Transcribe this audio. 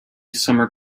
summer